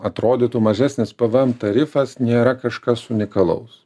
atrodytų mažesnis pvm tarifas nėra kažkas unikalaus